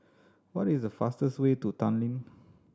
what is the fastest way to Tallinn